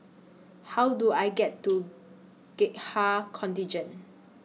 How Do I get to Gurkha Contingent